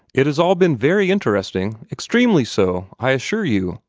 it has all been very interesting, extremely so, i assure you,